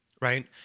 right